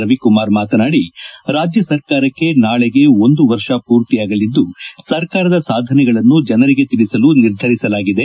ರವಿಕುಮಾರ್ ಮಾತನಾಡಿ ರಾಜ್ಯ ಸರ್ಕಾರಕ್ಕೆ ನಾಳೆಗೆ ಒಂದು ವರ್ಷ ಪೂರ್ತಿಯಾಗಲಿದ್ದು ಸರ್ಕಾರದ ಸಾಧನೆಗಳನ್ನು ಜನರಿಗೆ ತಿಳಿಸಲು ನಿರ್ಧರಿಸಲಾಗಿದೆ